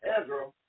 Ezra